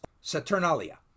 Saturnalia